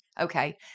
okay